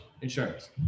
insurance